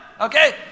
Okay